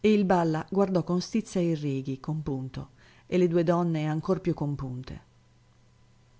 e il balla guardò con stizza il righi compunto e le due donne ancor più compunte